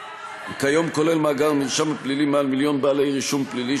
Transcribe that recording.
כיום כולל מאגר המרשם הפלילי מעל מיליון בעלי רישום פלילי,